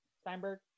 Steinberg